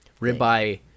ribeye